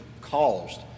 caused